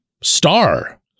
star